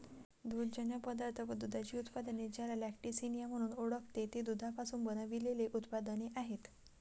दुग्धजन्य पदार्थ व दुधाची उत्पादने, ज्याला लॅक्टिसिनिया म्हणून ओळखते, ते दुधापासून बनविलेले उत्पादने आहेत